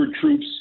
troops